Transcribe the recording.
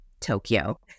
Tokyo